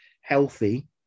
healthy